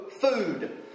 food